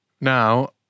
Now